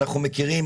אנחנו מכירים,